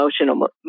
emotional